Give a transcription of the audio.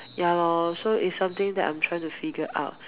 ya lor so its something that I'm trying to figure out